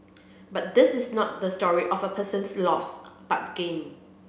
but this is not the story of a person's loss but gain